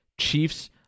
Chiefs